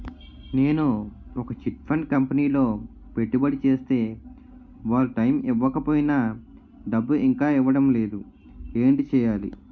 నేను ఒక chit fund కంపెనీలో పెట్టుబడి చేస్తే వారు టైమ్ ఇవ్వకపోయినా డబ్బు ఇంకా ఇవ్వడం లేదు ఏంటి చేయాలి?